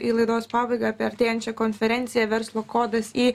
į laidos pabaigą apie artėjančią konferenciją verslo kodas i